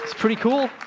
pretty cool.